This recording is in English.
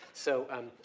so um